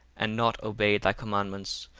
and not obeyed thy commandments,